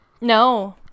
no